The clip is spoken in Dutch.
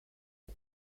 met